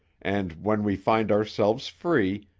and, when we find ourselves free,